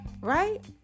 right